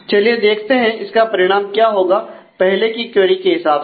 चलिए देखते हैं कि इसका परिणाम क्या होगा पहले की क्वेरी के हिसाब से